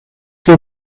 que